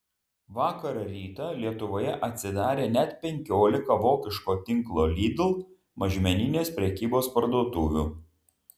vakar rytą lietuvoje atsidarė net penkiolika vokiško tinklo lidl mažmeninės prekybos parduotuvių